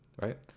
right